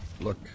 Look